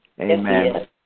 Amen